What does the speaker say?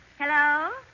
Hello